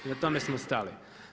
I na tome smo stali.